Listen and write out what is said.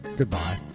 Goodbye